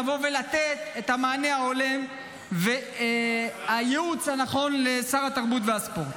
לבוא ולתת את המענה ההולם והייעוץ הנכון לשר התרבות והספורט.